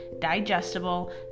digestible